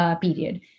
period